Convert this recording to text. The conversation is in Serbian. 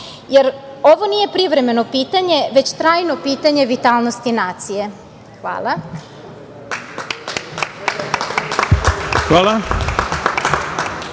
Jer, ovo nije privremeno pitanje, već trajno pitanje vitalnosti nacije. Hvala.